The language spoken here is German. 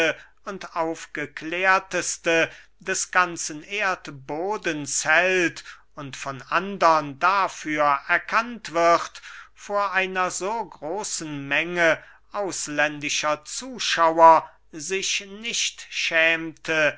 und aufgeklärteste des ganzen erdbodens hält und von andern dafür erkannt wird vor einer so großen menge ausländischer zuschauer sich nicht schämte